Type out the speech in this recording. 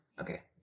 Okay